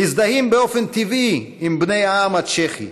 מזדהים באופן טבעי עם בני העם הצ'כי,